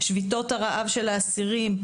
שביתות הרעב של האסירים,